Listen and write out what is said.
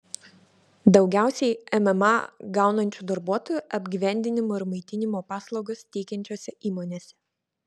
daugiausiai mma gaunančių darbuotojų apgyvendinimo ir maitinimo paslaugas teikiančiose įmonėse